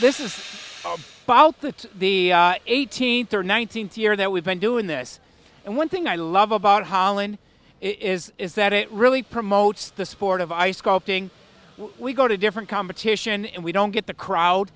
this is called out that the eighteenth or nineteenth year that we've been doing this and one thing i love about holland is is that it really promotes the sport of ice sculpting we go to different competition and we don't get the crowd